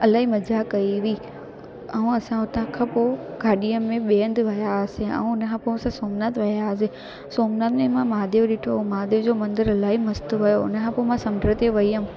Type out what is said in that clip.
इलाही मज़ा कई हुई ऐं असां उतां खां पोइ गाॾीअ में ॿिए हंधु विया हुआसीं ऐं हुन खां पोइ असां सोमनाथ विया हुआसीं सोमनाथ में मां महादेव ॾिठो महादेव जो मंदरु इलाही मस्तु हुओ हुन खां पोइ मां समुंड ते वेई हुअमि